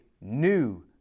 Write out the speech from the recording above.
new